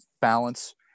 balance